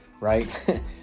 right